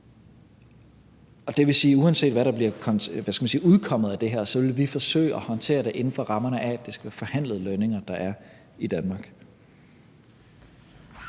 Det vil sige, at uanset hvad der bliver udkommet af det her, vil vi forsøge at håndtere det inden for rammerne af, at det skal være forhandlede lønninger, der er i Danmark.